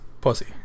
Pussy